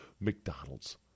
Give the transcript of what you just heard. McDonald's